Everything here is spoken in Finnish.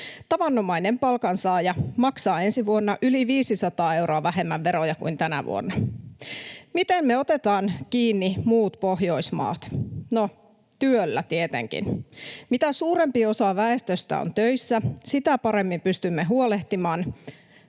Tavanomainen palkansaaja maksaa ensi vuonna yli 500 euroa vähemmän veroja kuin tänä vuonna. Miten me otetaan kiinni muut Pohjoismaat? No, työllä tietenkin. Mitä suurempi osa väestöstä on töissä, sitä paremmin pystymme huolehtimaan